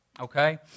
Okay